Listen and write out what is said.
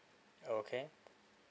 okay